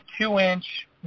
two-inch